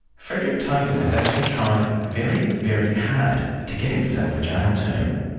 fredrick toben has actually tried very, very hard to get himself a jail term.